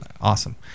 awesome